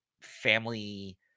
family